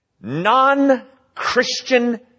non-Christian